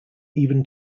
even